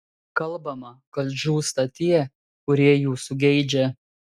kalbama kad žūsta tie kurie jūsų geidžia